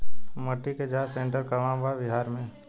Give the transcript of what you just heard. मिटी के जाच सेन्टर कहवा बा बिहार में?